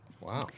Wow